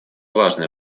важное